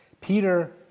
Peter